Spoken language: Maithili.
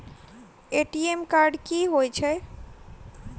ए.टी.एम कार्ड की हएत छै?